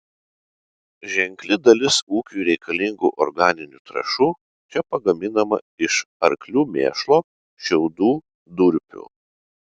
ženkli dalis ūkiui reikalingų organinių trąšų čia pagaminama iš arklių mėšlo šiaudų durpių